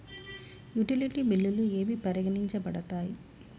Utility బిల్లులు ఏవి పరిగణించబడతాయి?